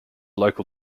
local